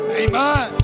amen